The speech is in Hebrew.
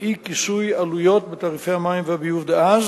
אי-כיסוי עלויות בתעריפי המים והביוב דאז